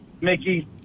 Mickey